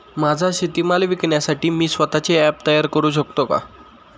माझा शेतीमाल विकण्यासाठी मी स्वत:चे ॲप तयार करु शकतो का?